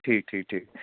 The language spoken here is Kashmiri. ٹھیٖک ٹھیٖک ٹھیٖک